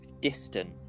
distant